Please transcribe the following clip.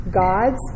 God's